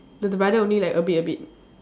so the brother only like a bit a bit